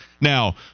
Now